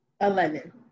Eleven